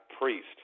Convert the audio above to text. priest